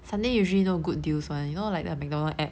sunday usually no good deals one you know like the McDonald's app